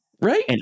Right